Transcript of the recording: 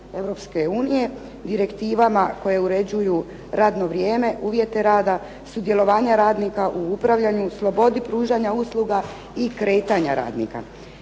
Europske unije, direktivama koje uređuju radno vrijeme, uvjete rada, sudjelovanje radnika u upravljanju, slobodi pružanja usluga i kretanja radnika.